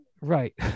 Right